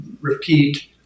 repeat